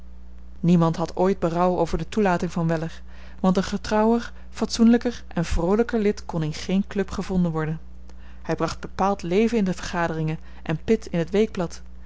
niemand had ooit berouw over de toelating van weller want een getrouwer fatsoenlijker en vroolijker lid kon in geen club gevonden worden hij bracht bepaald leven in de vergaderingen en pit in het weekblad